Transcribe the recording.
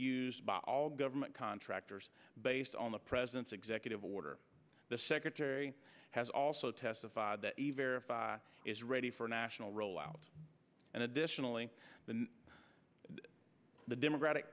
used by all government contractors based on the president's executive order the secretary has also testified that is ready for a national rollout and additionally the democratic